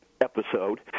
Episode